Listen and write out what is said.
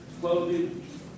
clothing